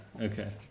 okay